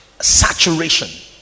saturation